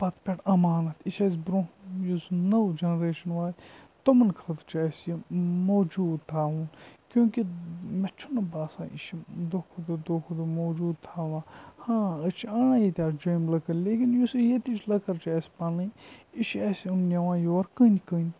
پَتہٕ پٮ۪ٹھ اَمانتھ یہِ چھِ اَسہِ بروںٛہہ یُس زَن نٔو جَںریشَن واتہِ تمَن خٲطرٕ چھِ اَسہِ یہِ موجوٗد تھاوُن کیونکہِ مےٚ چھُنہٕ باسان یہِ چھِ دۄہ کھۄتہٕ دۄہ دۄہ کھۄتہٕ دۄہ موجوٗد تھاوان ہاں أسۍ چھِ آنان ییٚتہِ آز جیٚمۍ لٔکٕر لیکِن یُسہٕ ییٚتِچ لٔکٕر چھِ اَسہِ پَنٕنۍ یہِ چھِ اَسہِ یِم نِوان یور کٕںۍ کٕنۍ